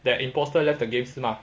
that impostor left the against 是吗